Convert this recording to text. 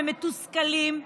הם מתוסכלים,